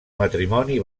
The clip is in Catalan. matrimoni